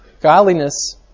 godliness